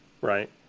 right